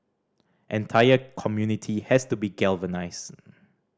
entire community has to be galvanised